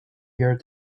year